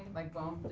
like boom?